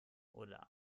oder